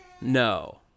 No